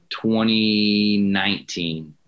2019